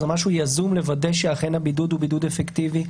זה משהו יזום לוודא שאכן הבידוד הוא בידוד אפקטיבי.